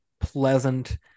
pleasant